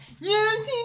Yes